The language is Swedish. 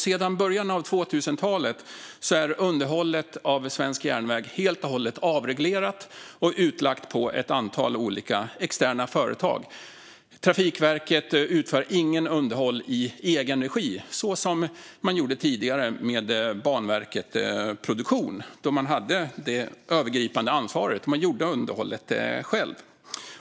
Sedan början av 2000-talet är underhållet av svensk järnväg helt och hållet avreglerat och utlagt på ett antal olika externa företag. Trafikverket utför inget underhåll i egen regi så som man gjorde tidigare med Banverket Produktion, då man hade det övergripande ansvaret och gjorde underhållet själv.